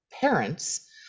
parents